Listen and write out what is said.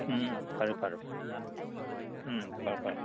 ꯎꯝ ꯐꯔꯦ ꯐꯔꯦ ꯐꯔꯦ ꯎꯝ ꯐꯔꯦ ꯐꯔꯦ